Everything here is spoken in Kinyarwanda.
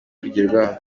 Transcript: kugerwaho